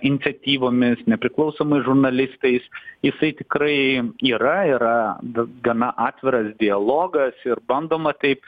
iniciatyvomis nepriklausomais žurnalistais jisai tikrai yra yra ga gana atviras dialogas ir bandoma taip